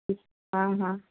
हाँ हाँ और